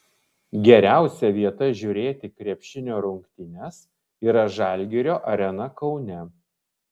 geriausia vieta žiūrėti krepšinio rungtynes yra žalgirio arena kaune